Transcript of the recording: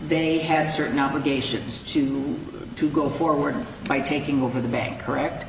they had certain obligations to go forward by taking over the bank correct